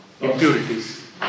impurities